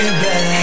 baby